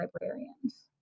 librarians